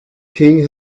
king